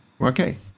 Okay